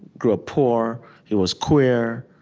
grew up poor. he was queer,